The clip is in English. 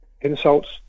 insults